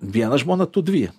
vieną žmoną tu dvi